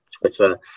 Twitter